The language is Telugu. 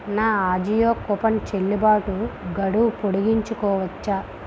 నా ఆజియో కూపన్ చెల్లుబాటు గడువు పొడిగించుకోవచ్చా